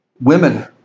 women